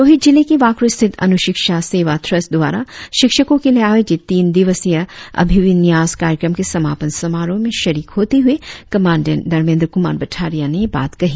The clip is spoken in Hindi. लोहित जिले के वाकरो स्थित अनु शिक्षा सेवा ट्रस्त द्वारा शिक्षको के लिए आयोजित तीन दिवसीय अभिविन्यास कार्यक्रम के समापन समारोह में शरीक होते हुए कमांडेट धर्मेन्द्र कुमार भटारिया ने यह बात कही